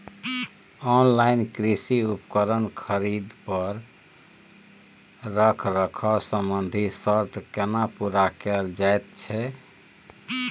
Online कृषि उपकरण खरीद पर रखरखाव संबंधी सर्त केना पूरा कैल जायत छै?